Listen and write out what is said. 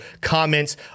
comments